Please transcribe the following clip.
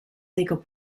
legal